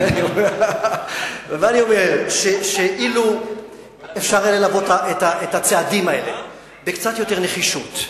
אני אומר שאילו היה אפשר ללוות את הצעדים האלה בקצת יותר נחישות,